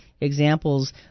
examples